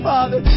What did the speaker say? Father